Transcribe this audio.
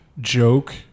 joke